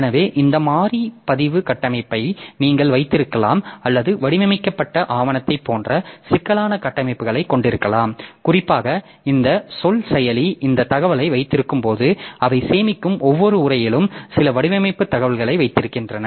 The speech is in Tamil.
எனவே இந்த மாறி பதிவு கட்டமைப்பையும் நீங்கள் வைத்திருக்கலாம் அல்லது வடிவமைக்கப்பட்ட ஆவணத்தைப் போன்ற சிக்கலான கட்டமைப்புகளை கொண்டிருக்கலாம் குறிப்பாக இந்த சொல் செயலி இந்த தகவலை வைத்திருக்கும்போது அவை சேமிக்கும் ஒவ்வொரு உரையிலும் சில வடிவமைப்பு தகவல்களை வைத்திருக்கின்றன